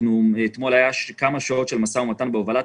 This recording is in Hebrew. ואתמול היו כמה שעות של משא ומתן בהובלת